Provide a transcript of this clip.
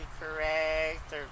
correct